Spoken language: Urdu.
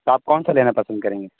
تو آپ کون سا لینا پسند کریں گے